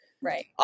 Right